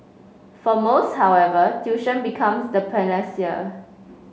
for most however tuition becomes the panacea